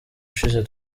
ushize